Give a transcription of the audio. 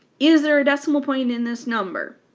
is there a decimal point in this number?